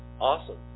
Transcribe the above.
Awesome